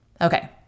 Okay